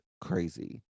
crazy